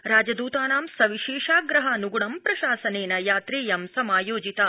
राजदतानां सविशेषाप्रहानगणं प्रशासनेन यात्रेयं समायोजिता